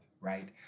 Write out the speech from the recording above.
right